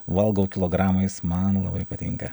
valgau kilogramais man labai patinka